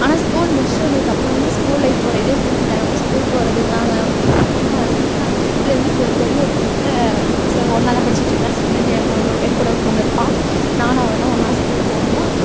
ஆனால் ஸ்கூல் முடிச்சுட்டு வந்ததுக்கப்புறந்தான் ஸ்கூல் லைஃப்போட இதே புரிஞ்சு தினமும் ஸ்கூல் போகிறது நாங்கள் ஒன்னாக சிக்ஸ்த் ஸ்டாண்டர்ட் சிக்ஸ்த்துலேருந்து ட்வெல்த் வரையும் ஒரு பொண்ணு கூட ஃபஸ்ட்டுல ஒன்னாக தான் படிச்சுட்டுருக்கேன் சிக்ஸ்த்துலேருந்து எங்கூட ஒரு பொண்ணு இருப்பாள் நானும் அவளும் தான் ஒன்னாக ஸ்கூல் போவோம்